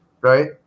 right